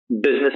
business